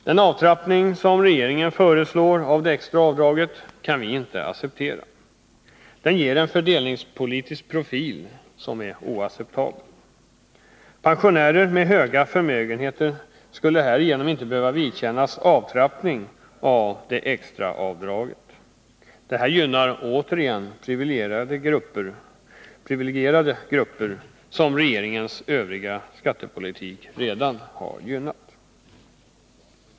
Den avtrappning av det extra avdraget som regeringen föreslår kan vi inte acceptera. Den ger en fördelningspolitisk profil som är oacceptabel. Pensionärer med stora förmögenheter skulle härigenom inte behöva vidkännas avtrappning av det extra avdraget. Detta gynnar återigen de privilegierade grupper som regeringens övriga skattepolitik redan har gynnat.